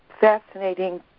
fascinating